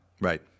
Right